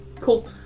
cool